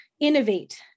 innovate